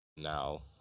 now